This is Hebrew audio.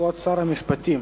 כבוד שר המשפטים